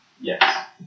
Yes